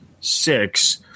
six